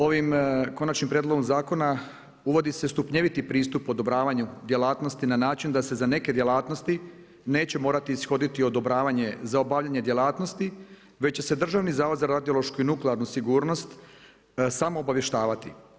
Ovim konačnim prijedlogom zakona uvodi se stupnjeviti pristup odobravanju djelatnosti na način da se za neke djelatnosti neće morati ishoditi odobravanje za obavljanje djelatnosti već će se Državni zavod za radiološku i nuklearnu sigurnost samo obavještavati.